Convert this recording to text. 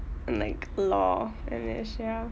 and like law and this ya